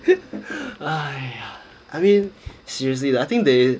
!aiya! I mean seriously I think they